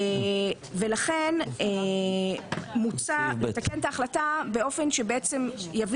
לכן מוצע לתקן את ההחלטה באופן שיביא